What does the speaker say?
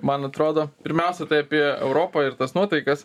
man atrodo pirmiausia tai apie europą ir tas nuotaikas